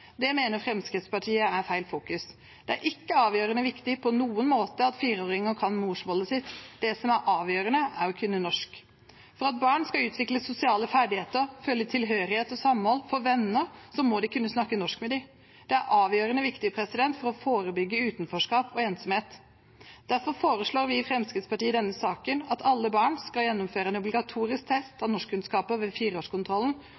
Det mener Fremskrittspartiet er feil fokus. Det er ikke avgjørende viktig på noen måte at fireåringer kan morsmålet sitt, det som er avgjørende, er å kunne norsk. For at barn skal utvikle sosiale ferdigheter, føle tilhørighet og samhold, få venner, må de kunne snakke norsk med dem. Det er avgjørende viktig for å forebygge utenforskap og ensomhet. Derfor foreslår vi i Fremskrittspartiet i denne saken at alle barn skal gjennomføre en obligatorisk test